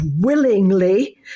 willingly